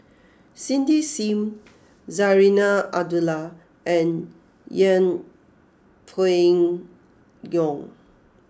Cindy Sim Zarinah Abdullah and Yeng Pway Ngon